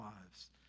lives